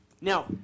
Now